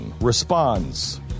responds